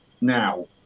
now